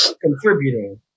contributing